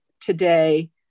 today